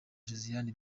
josiane